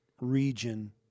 region